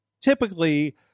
typically